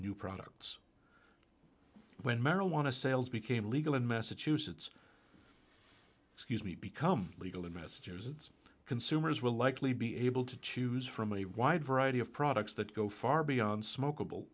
new products when marijuana sales became legal in massachusetts excuse me become legal investors its consumers will likely be able to choose from a wide variety of products that go far beyond sm